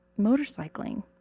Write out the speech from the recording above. motorcycling